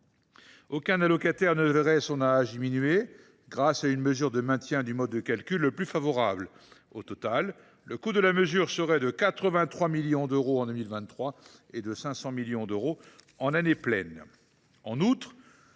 Aucun allocataire ne verra son AAH diminuer, grâce à une mesure de maintien du mode de calcul le plus favorable. Au total, le coût de la mesure serait de 83 millions d’euros en 2023 et de 500 millions d’euros en année pleine. En outre,